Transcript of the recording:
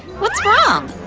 what's wrong?